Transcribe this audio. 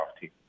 team